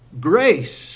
Grace